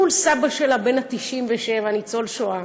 מול סבא שלה בן ה-97 ניצול שואה,